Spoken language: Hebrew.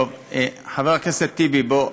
טוב, חבר הכנסת טיבי, בוא,